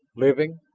living.